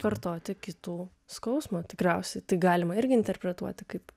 kartoti kitų skausmo tikriausiai tai galima irgi interpretuoti kaip